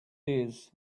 days